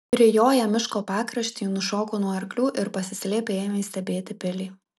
prijoję miško pakraštį nušoko nuo arklių ir pasislėpę ėmė stebėti pilį